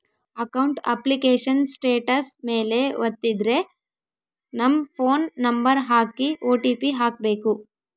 account application status ಮೇಲೆ ವತ್ತಿದ್ರೆ ನಮ್ ಫೋನ್ ನಂಬರ್ ಹಾಕಿ ಓ.ಟಿ.ಪಿ ಹಾಕ್ಬೆಕು